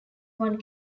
one